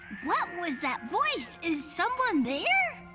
what was that voice? is someone there?